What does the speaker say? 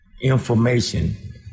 information